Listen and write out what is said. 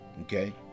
Okay